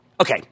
Okay